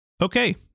Okay